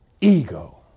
ego